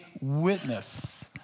witness